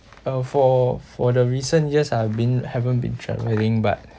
uh for for the recent years I've been haven't been travelling but